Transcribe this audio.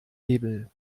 hebel